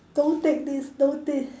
don't take this don't this